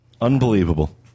Unbelievable